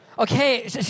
Okay